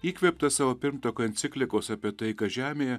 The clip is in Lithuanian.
įkvėptas savo pirmtako enciklikos apie taiką žemėje